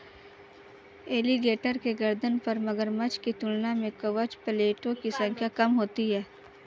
alligator के गर्दन पर मगरमच्छ की तुलना में कवच प्लेटो की संख्या कम होती है